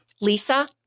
Lisa